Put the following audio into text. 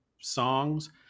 songs